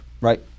right